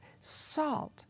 salt